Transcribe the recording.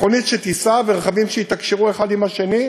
מכונית שתיסע ורכבים שיתקשרו אחד עם השני,